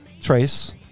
Trace